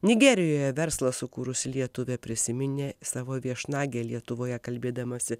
nigerijoje verslą sukūrusi lietuvė prisiminė savo viešnagę lietuvoje kalbėdamasi